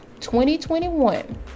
2021